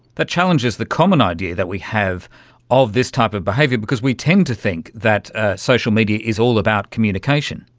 that challenges the common idea that we have of this type of behaviour because we tend to think that social media is all about communication.